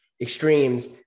extremes